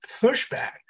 pushback